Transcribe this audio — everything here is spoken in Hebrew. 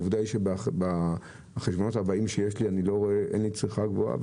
עובדה שבחשבונות הבאים אין צריכה גבוהה.